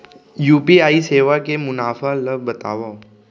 UPI सेवा के मुनाफा ल बतावव?